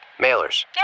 Mailers